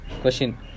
question